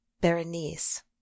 Berenice